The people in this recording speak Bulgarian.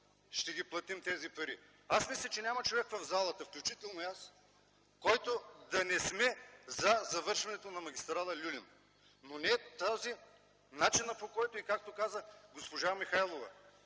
ще ги платим тези пари. Аз мисля, че няма човек в залата, включително и аз, които да не сме за завършването на магистрала „Люлин”. Но не това е начинът, по който ще станат нещата. И както каза госпожа Михайлова,